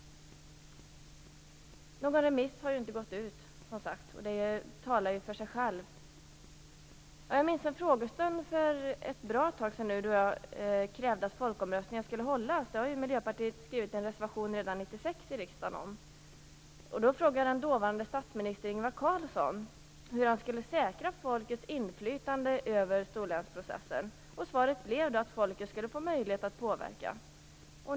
Någon remiss har inte gått ut, som sagt. Det talar för sig själv. Jag minns en frågestund för ett bra tag sedan då jag krävde att folkomröstningar skulle hållas. Det har Miljöpartiet skrivit en reservation om i riksdagen redan 1996. Jag frågade den dåvarande statsministern Ingvar Carlsson hur han skulle säkra folkets inflytande över storlänsprocessen. Svaret blev att folket skulle få möjlighet att påverka.